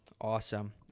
Awesome